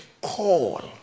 call